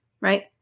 right